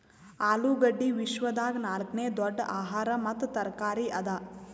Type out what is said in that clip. ಆಲೂಗಡ್ಡಿ ವಿಶ್ವದಾಗ್ ನಾಲ್ಕನೇ ದೊಡ್ಡ ಆಹಾರ ಮತ್ತ ತರಕಾರಿ ಅದಾ